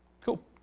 cool